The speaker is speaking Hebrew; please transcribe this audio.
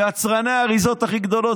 יצרני האריזות הכי גדולות,